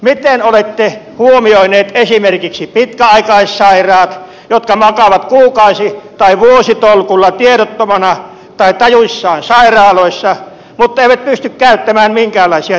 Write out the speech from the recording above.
miten olette huomioineet esimerkiksi pitkäaikaissairaat jotka makaavat kuukausi tai vuositolkulla tiedottomana tai tajuissaan sairaaloissa mutta eivät pysty käyttämään minkäänlaisia tiedotusvälineiden palveluja